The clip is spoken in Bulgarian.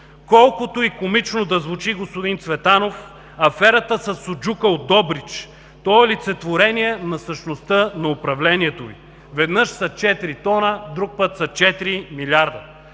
Колкото и комично да звучи, господин Цветанов, аферата със суджука от Добрич, то е олицетворение на същността на управлението Ви. Веднъж за 4 тона, друг път са 4 милиарда.